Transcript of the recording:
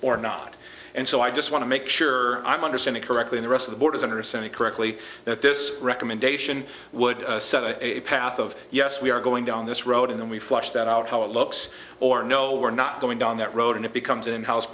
or not and so i just want to make sure i'm understanding correctly the rest of the board is understand it correctly that this recommendation would set a a path of yes we are going down this road and then we flush that out how it looks or no we're not going down that road and it becomes an in house